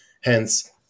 Hence